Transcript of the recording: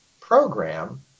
program